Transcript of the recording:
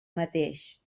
mateix